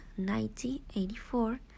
1984